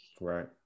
Right